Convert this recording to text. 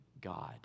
God